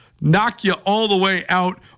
knock-you-all-the-way-out